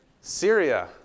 Syria